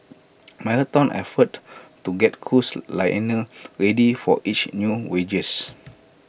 marathon effort to get cruise liner ready for each new voyages